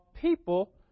people